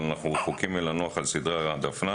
אבל אנו רחוקים מלנוח על זרי הדפנה.